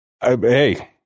Hey